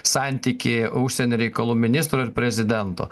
santykį užsienio reikalų ministro ir prezidento